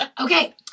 okay